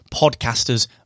podcasters